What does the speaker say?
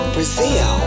Brazil